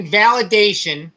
validation